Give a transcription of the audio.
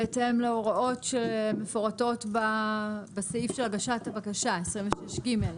בהתאם להוראות שמפורטות בסעיף של הגשת הבקשה 26ג,